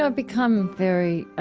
um become very